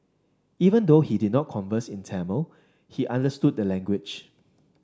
even though he did not converse in Tamil he understood the language